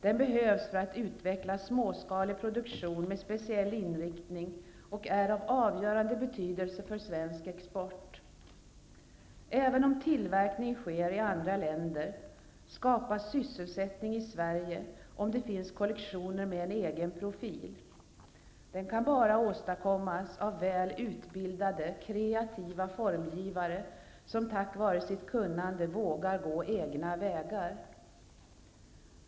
Den behövs för att utveckla småskalig produktion med speciell inriktning och är av avgörande betydelse för svensk export. Även om tillverkning sker i andra länder skapas sysselsättning i Sverige, om det finns kollektioner med en egen profil. Den kan bara åstadkommas av väl utbildade, kreativa formgivare som tack vare sitt kunnande vågar gå egna vägar.